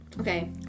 okay